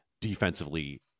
defensively